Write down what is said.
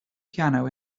piano